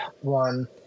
one